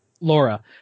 Laura